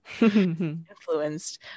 influenced